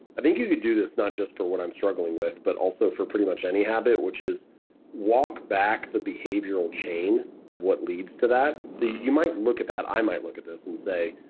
i think you could do this not just for what i'm struggling with but also for pretty much any habit which is walk back the behavioral chain of what leads to that. you might look at that, i might look at this and say,